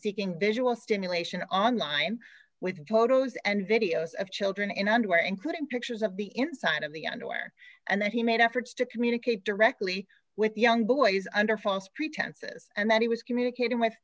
seeking visual stimulation online with photos and videos of children in underwear including pictures of the inside of the underwear and that he made efforts to communicate directly with young boys under false pretenses and that he was communicating with